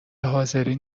حاضرین